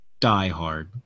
diehard